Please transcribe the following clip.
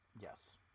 Yes